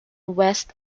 west